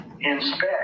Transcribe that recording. inspect